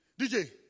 DJ